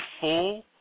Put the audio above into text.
full